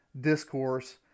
discourse